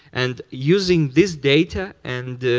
and using this data and